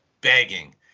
begging